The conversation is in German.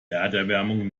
erderwärmung